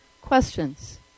questions